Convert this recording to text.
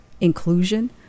inclusion